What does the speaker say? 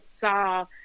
saw